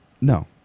No